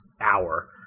hour